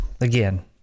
Again